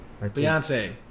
Beyonce